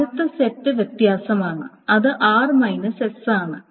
അടുത്തത് സെറ്റ് വ്യത്യാസമാണ് അത് ആണ്